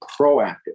proactive